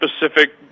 specific